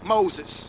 Moses